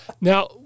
Now